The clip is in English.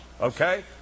okay